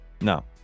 No